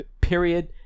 Period